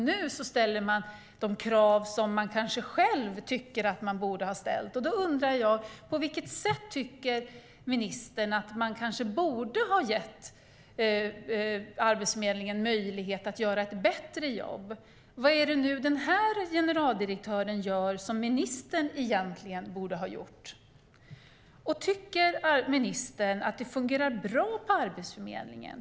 Nu ställer man de krav som man själv kanske tycker att man borde ha ställt tidigare. Då undrar jag: På vilket sätt tycker ministern att man kanske borde ha gett Arbetsförmedlingen möjlighet att göra ett bättre jobb, och vad är det som generaldirektören nu gör och som ministern egentligen borde ha gjort? Tycker ministern att det fungerar bra på Arbetsförmedlingen?